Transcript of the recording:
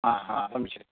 हा हा गमिष्यति